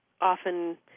often